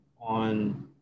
on